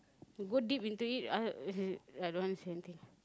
go deep into it I don't want to say anything